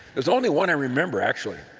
there's only one i remember, actually.